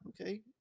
okay